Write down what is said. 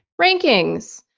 rankings